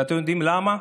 ואתם יודעים למה?